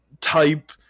type